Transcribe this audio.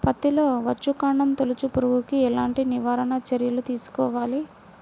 పత్తిలో వచ్చుకాండం తొలుచు పురుగుకి ఎలాంటి నివారణ చర్యలు తీసుకోవాలి?